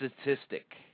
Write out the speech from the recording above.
statistic